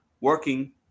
Working